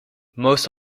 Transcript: most